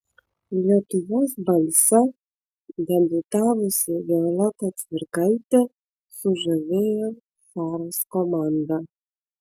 lietuvos balse debiutavusi violeta cvirkaitė sužavėjo faros komandą